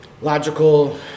logical